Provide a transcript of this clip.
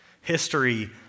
History